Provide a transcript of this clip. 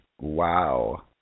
Wow